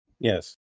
Yes